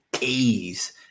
ease